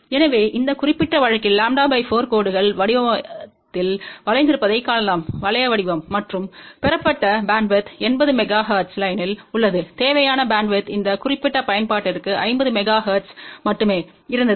எனவே இந்த குறிப்பிட்ட வழக்கில் λ 4 கோடுகள் வட்டவடிவத்தில் வளைந்திருப்பதைக் காணலாம் வளைய வடிவம் மற்றும் பெறப்பட்ட பேண்ட்வித் 80 மெகா ஹெர்ட்ஸ் லைன்யில் உள்ளது தேவையான பேண்ட்வித் இந்த குறிப்பிட்ட பயன்பாட்டிற்கு 50 மெகா ஹெர்ட்ஸ் மட்டுமே இருந்தது